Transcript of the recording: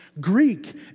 Greek